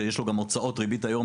יש לו גם הוצאות ריבית היום,